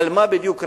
על מה בדיוק רבים,